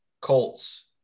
Colts